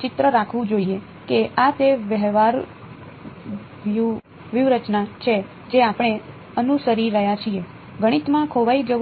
ચિત્ર રાખવું જોઈએ કે આ તે વ્યૂહરચના છે જે આપણે અનુસરી રહ્યા છીએ ગણિતમાં ખોવાઈ જવું સરળ છે